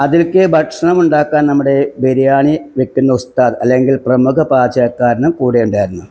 അതിലേക്ക് ഭക്ഷണം ഉണ്ടാക്കാൻ നമ്മുടെ ബിരിയാണി വയ്ക്കുന്ന ഉസ്താദ് അല്ലെങ്കിൽ പ്രമുഖ പാചകക്കാരനും കൂടെ ഉണ്ടായിരുന്നു